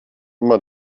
immer